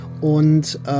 und